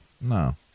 No